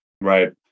right